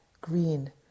green